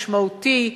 משמעותי,